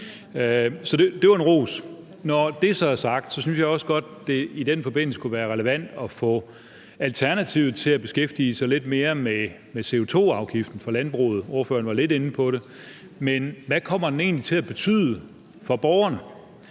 Så det var en ros. Når det så er sagt, synes jeg også godt, det i den forbindelse kunne være relevant at få Alternativet til at beskæftige sig lidt mere med CO2-afgiften på landbruget. Ordføreren var lidt inde på det, men hvad kommer den egentlig til at betyde for borgerne?